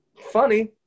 Funny